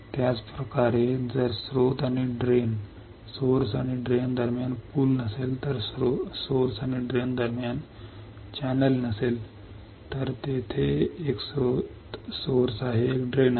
त्याच प्रकारे जर स्त्रोत आणि ड्रेन दरम्यान पूल नसेल जर स्त्रोत आणि ड्रेन दरम्यान कोणतेही चॅनेल नसेल तर येथे स्त्रोत म्हणजे एक ड्रेन आहे